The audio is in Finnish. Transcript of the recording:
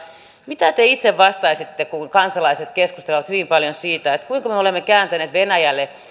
mitä te itse vastaisitte kun kansalaiset keskustelevat hyvin paljon siitä kuinka me olemme kääntäneet venäjälle